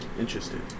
interested